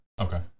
Okay